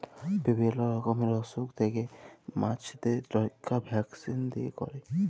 বিভিল্য রকমের অসুখ থেক্যে মাছদের রক্ষা ভ্যাকসিল দিয়ে ক্যরে